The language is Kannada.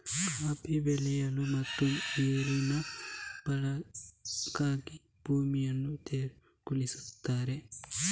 ಕಾಫಿ ಬೆಳೆಯಲು ಮತ್ತು ನೀರಿನ ಬಳಕೆಗಾಗಿ ಭೂಮಿಯನ್ನು ತೆರವುಗೊಳಿಸುತ್ತಾರೆ